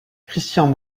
christian